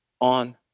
on